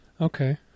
Okay